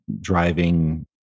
driving